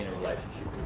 relationship